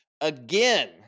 again